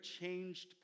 changed